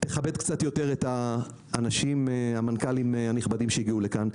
תכבד קצת יותר את המנכ"לים הנכבדים שהגיעו לכאן.